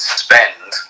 spend